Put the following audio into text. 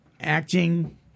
acting